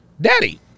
daddy